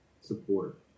support